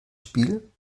spiel